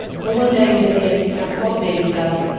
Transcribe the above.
so one day vivian packed up all the baby stuff,